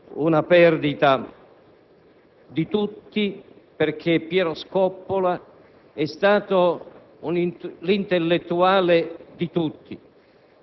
per una perdita che consideriamo del Paese. La consideriamo